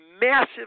massive